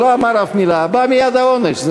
לא אמר אף מילה, בא מייד העונש.